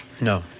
No